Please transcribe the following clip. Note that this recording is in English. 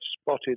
spotted